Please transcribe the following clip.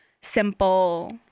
simple